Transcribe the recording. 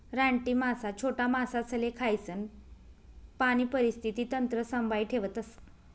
रानटी मासा छोटा मासासले खायीसन पाणी परिस्थिती तंत्र संभाई ठेवतस